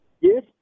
Yes